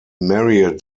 married